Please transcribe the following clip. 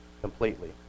completely